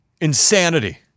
Insanity